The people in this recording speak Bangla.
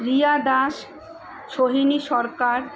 রিয়া দাস সোহিনী সরকার